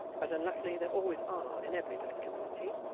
as unluckily there always are in every little community,